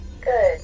Good